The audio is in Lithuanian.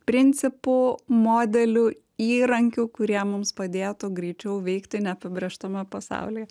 principų modelių įrankių kurie mums padėtų greičiau veikti neapibrėžtame pasaulyje